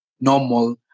normal